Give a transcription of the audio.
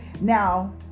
Now